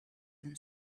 than